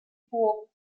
burg